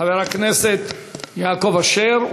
חבר הכנסת יעקב אשר,